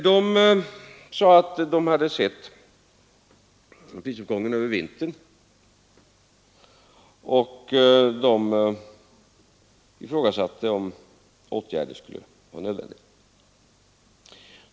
De sade att de hade sett prisuppgången över vintern och ifrågasatte om åtgärder skulle vara nödvändiga.